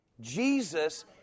Jesus